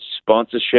sponsorship